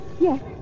Yes